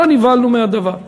לא נבהלנו מהדבר.